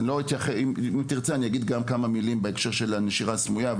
אם תרצה אני אגיד גם כמה מילים בנושא של הנשירה הסמויה.